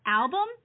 album